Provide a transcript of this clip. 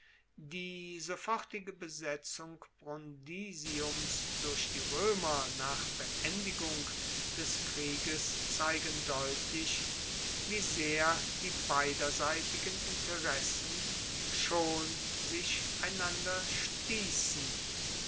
die sofortige besetzung brundisiums durch die roemer nach beendigung des krieges zeigen deutlich wie sehr die beiderseitigen interessen schon sich einander stiessen